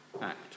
act